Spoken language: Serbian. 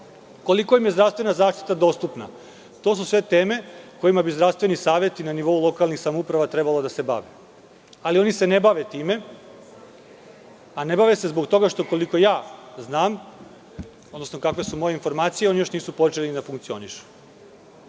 Koliko im je zdravstvena zaštita dostupna? To su sve teme kojima bi zdravstveni saveti na nivou lokalnih samouprava trebalo da se bave, ali oni se ne bave time, a ne bave se zbog toga što, koliko ja znam, odnosno kakve su moje informacije, još nisu počeli da funkcionišu.